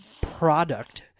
product